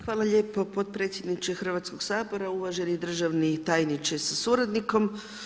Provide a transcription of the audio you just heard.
Hvala lijepa potpredsjedniče Hrvatskog sabora, uvaženi državni tajniče sa suradnikom.